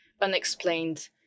unexplained